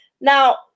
Now